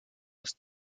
los